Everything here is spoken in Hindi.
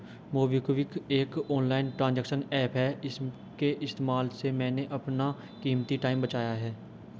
मोबिक्विक एक ऑनलाइन ट्रांजेक्शन एप्प है इसके इस्तेमाल से मैंने अपना कीमती टाइम बचाया है